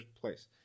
place